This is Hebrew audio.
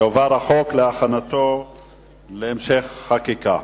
יועבר החוק להכנתו להמשך חקיקה.